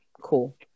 cool